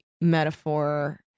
metaphor